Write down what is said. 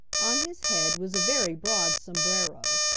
on his head was a very broad sombrero,